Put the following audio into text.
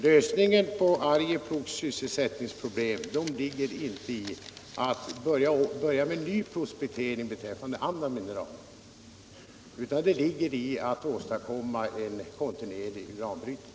Lösningen på Arjeplogs sysselsättningsproblem ligger inte i att man börjar med nya prospekteringar efter andra mineral, utan den ligger i att man åstadkommer en kontinuerlig uranbrytning.